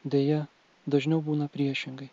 deja dažniau būna priešingai